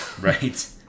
Right